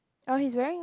oh he's wearing